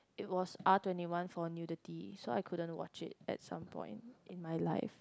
it was R-twenty-one for nudity so I couldn't watch it at some point in my life